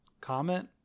comment